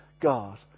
God